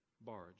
barge